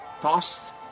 tossed